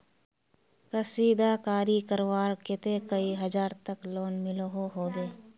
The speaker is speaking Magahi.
कशीदाकारी करवार केते कई हजार तक लोन मिलोहो होबे?